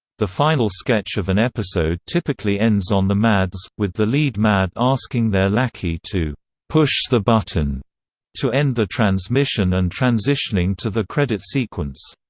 the final sketch of an episode typically ends on the mads, with the lead mad asking their lackey to push the button to end the transmission and transitioning to the credit sequence.